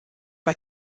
bei